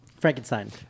Frankenstein